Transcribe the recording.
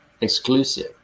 exclusive